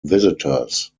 visitors